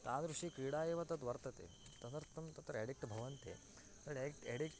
तादृशी क्रीडा एव तद् वर्तते तदर्थं तत्र एडिक्ट् भवन्ति तद् एडिक्ट्